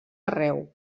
arreu